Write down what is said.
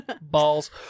Balls